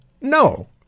no